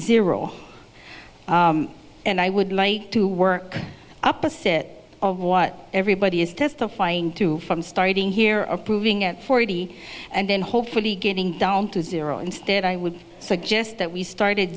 zero and i would like to work up a sit what everybody is testifying to from starting here approving at forty and then hopefully getting down to zero and and i would suggest that we started